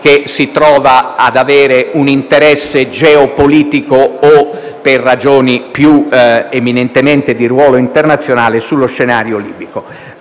che si trova ad avere un interesse geopolitico, o più eminentemente di ruolo internazionale, allo scenario libico.